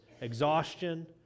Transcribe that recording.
exhaustion